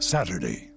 Saturday